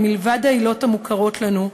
כי מלבד העילות המוכרות לנו,